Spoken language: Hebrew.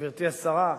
גברתי השרה,